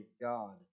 God